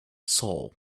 soul